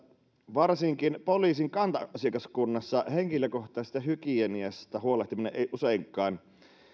varsinkin poliisin kanta asiakaskunnassa henkilökohtaisesta hygieniasta huolehtiminen ei useinkaan